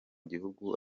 gihugu